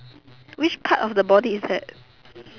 which part of the body is that